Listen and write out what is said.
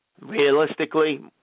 Realistically